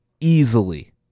easily